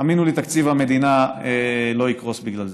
האמינו לי, תקציב המדינה לא יקרוס בגלל זה.